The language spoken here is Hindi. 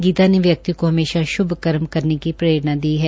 गीता ने व्यक्ति को हमेशा श्भ कर्म करने की प्रेरणा दी है